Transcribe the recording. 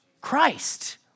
Christ